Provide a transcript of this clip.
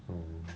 oh